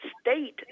state